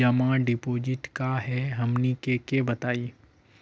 जमा डिपोजिट का हे हमनी के बताई?